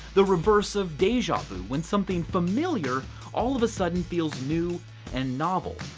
the reverse of deja vu, when something familiar all of a sudden feels new and novel.